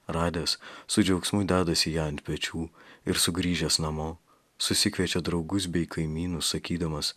radęs su džiaugsmu dedasi ją ant pečių ir sugrįžęs namo susikviečia draugus bei kaimynus sakydamas